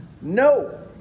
No